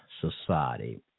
society